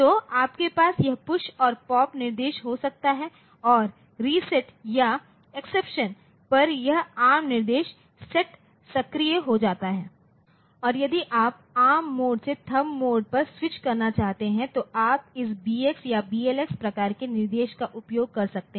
तो आपके पास यह पुश और पॉप निर्देश हो सकता है और रीसेट या एक्सेप्शन पर यह ARM निर्देश सेट सक्रिय हो जाता है और यदि आप ARM मोड से THUMB मोड पर स्विच करना चाहते हैं तो आप इस BX या BLX प्रकार के निर्देशों का उपयोग कर सकते हैं